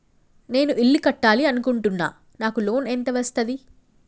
నేను ఇల్లు కట్టాలి అనుకుంటున్నా? నాకు లోన్ ఎంత వస్తది?